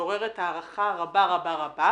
מעוררת הערכה רבה מאוד.